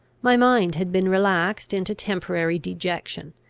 my mind had been relaxed into temporary dejection,